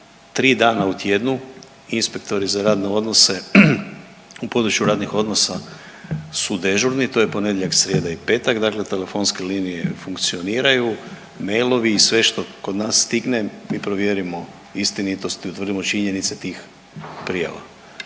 tri dana u tjednu inspektori za radne odnose u području radnih odnosa su dežurni to je ponedjeljak, srijeda i petak, dakle telefonske linije funkcioniraju, mailovi i sve što kod nas stigne mi provjerimo istinitost i utvrdimo činjenice tih prijava.